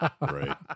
Right